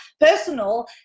personal